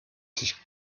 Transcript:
sich